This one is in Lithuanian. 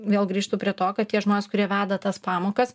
vėl grįžtu prie to kad tie žmonės kurie veda tas pamokas